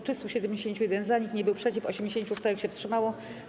371 - za, nikt nie był przeciw, 84 się wstrzymało.